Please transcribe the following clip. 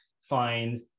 find